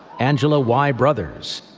angela y. brothers,